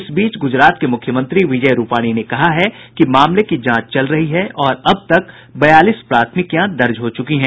इस बीच गुजरात के मुख्यमंत्री विजय रूपाणी ने कहा है कि मामले की जांच चल रही है और अब तक बयालीस प्राथमिकियां दर्ज हो चुकी हैं